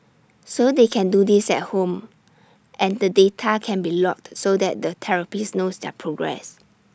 so they can do this at home and the data can be logged so that the therapist knows their progress